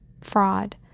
fraud